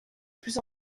plus